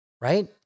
Right